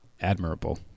admirable